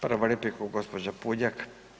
Prva replika gospođa Puljak.